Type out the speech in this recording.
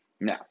Now